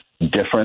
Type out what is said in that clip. different